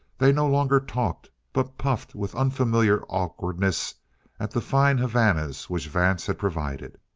they no longer talked, but puffed with unfamiliar awkwardness at the fine havanas which vance had provided.